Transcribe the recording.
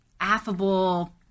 affable